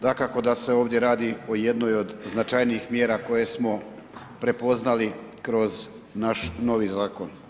Dakako da se ovdje radi o jednoj od značajnijih mjera koje smo prepoznali kroz naš novi zakon.